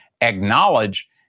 acknowledge